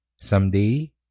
someday